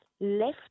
left